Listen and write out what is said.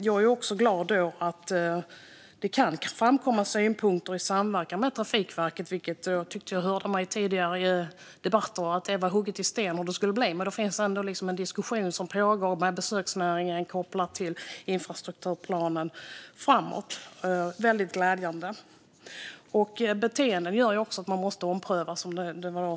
Jag är glad över att det kan framkomma synpunkter i samverkan med Trafikverket. Jag tycker att jag har hört i tidigare debatter att det var hugget i sten hur det skulle bli, men då finns det ändå en diskussion som pågår med besöksnäringen kopplat till infrastrukturplanen framåt. Detta är väldigt glädjande. Beteenden gör ju också, som sagt, att man måste ompröva.